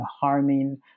harming